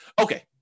Okay